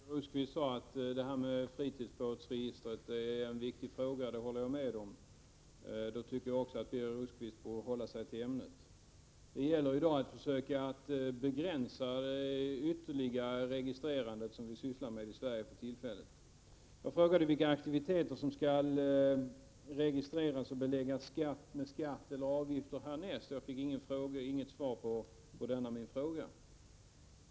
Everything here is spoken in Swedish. Herr talman! Birger Rosqvist sade att detta med fritidsbåtsregistret är en viktig fråga. Det håller jag med om. Jag tycker då att Birger Rosqvist borde hålla sig till ämnet. Det gäller i dag att försöka begränsa det registrerande vi sysslar med i Sverige. Jag frågade vilka aktiviteter som skall registreras och beläggas med skatter eller avgifter härnäst. Jag fick inget svar på denna min fråga.